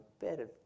better